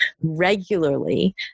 regularly